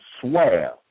swear